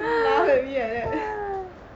you laugh at me like that